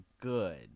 good